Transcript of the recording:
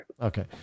Okay